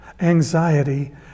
anxiety